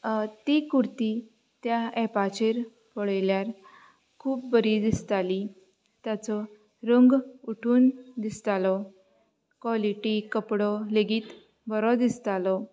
ती कुरती त्या एपाचेर पळयल्यार खूब बरी दिसताली ताचो रंग उठून दिसतालो क्वोलिटी कपडो लेगीत बरो दिसतालो